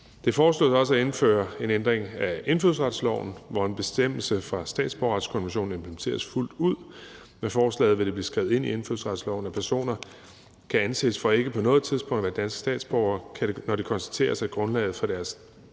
Det foreslås også at indføre en ændring af indfødsretsloven, hvor en bestemmelse fra statsborgerretskonventionen implementeres fuldt ud. Med forslaget vil det blive skrevet ind i indfødsretsloven, at personer kan anses for ikke på noget tidspunkt at have været danske statsborgere, når det konstateres, at grundlaget for deres